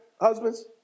husbands